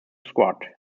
squad